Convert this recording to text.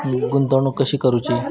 गुंतवणूक कशी करूची?